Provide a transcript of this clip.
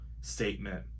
statement